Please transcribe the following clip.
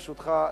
ברשותך,